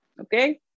okay